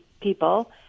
people